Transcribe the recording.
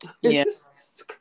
Yes